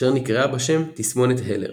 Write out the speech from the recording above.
אשר נקראה בשם תסמונת הלר.